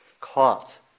caught